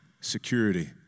security